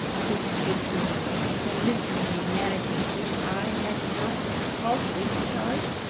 will he take from me the mistressly management, which i had not faultily discharged?